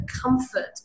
comfort